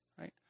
right